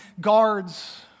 guards